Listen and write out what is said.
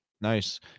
nice